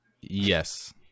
Yes